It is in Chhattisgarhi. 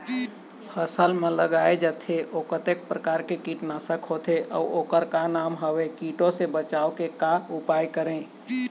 फसल म लगाए जाथे ओ कतेक प्रकार के कीट नासक होथे अउ ओकर का नाम हवे? कीटों से बचाव के का उपाय करें?